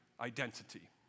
identity